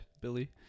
Billy